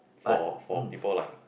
for for people like